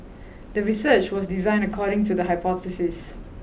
the research was designed according to the hypothesis